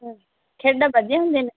ਖੇਡਾਂ ਵਧੀਆ ਹੁੰਦੀਆਂ ਨੇ